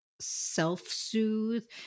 self-soothe